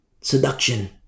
Seduction